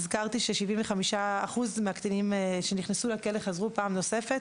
הזכרתי ש-75% מהקטינים שנכנסו לכלא חזרו פעם נוספת.